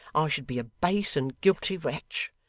i should be a base and guilty wretch.